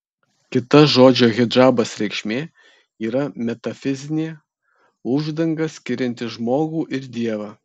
kita žodžio hidžabas reikšmė yra metafizinė uždanga skirianti žmogų ir dievą